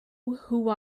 who